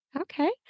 Okay